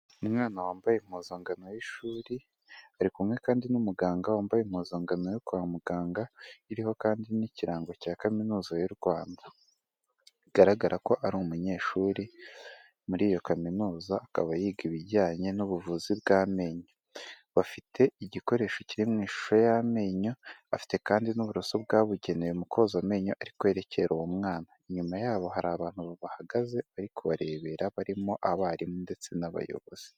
Umwana wambaye impuzankano y'ishuri, ari kumwe kandi n'umuganga wambaye impuzankano yo kwa muganga, iriho kandi n'ikirango cya Kaminuza y'u Rwanda. Bigaragara ko ari umunyeshuri muri iyo kaminuza, akaba yiga ibijyanye n'ubuvuzi bw'amenyo. Bafite igikoresho kiri mu ishusho y'amenyo, afite kandi n'uburoso bwabugenewe mu koza amenyo, ari kwerekera uwo mwana. Inyuma yabo hari abantu bahahagaze, bari kubarebera; barimo abarimu ndetse n'abayobozi.